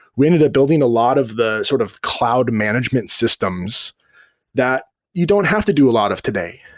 we ended up building a lot of the sort of cloud management systems that you don't have to do a lot of today.